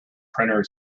printer